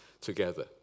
together